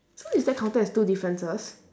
so is that counted as two differences